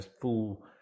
full